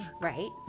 Right